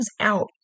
out